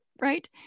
right